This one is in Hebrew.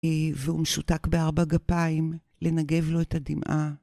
והוא משותק בארבע גפיים לנגב לו את הדמעה.